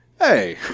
hey